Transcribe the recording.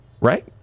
Right